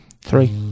three